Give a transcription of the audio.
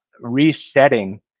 resetting